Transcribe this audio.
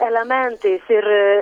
elementais ir